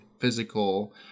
physical